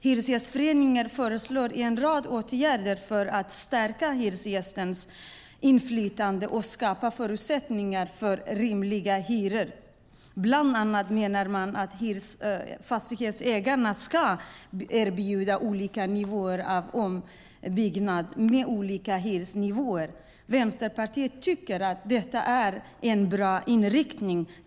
Hyresgästföreningen föreslår en rad åtgärder för att stärka hyresgästernas inflytande och skapa förutsättningar för rimliga hyror. Bland annat menar man att fastighetsägarna ska erbjuda olika nivåer av ombyggnad med olika hyresnivåer. Vänsterpartiet tycker att detta är en bra inriktning.